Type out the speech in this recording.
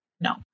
No